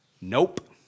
Nope